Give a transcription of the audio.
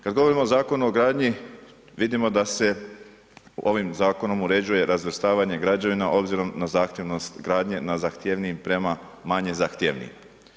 Kad govorimo o Zakonu o gradnji, vidimo da se ovim zakonom uređuje razvrstavanje građevina obzirom na zahtjevnost gradnje na zahtjevnijim prema manje zahtjevnijim.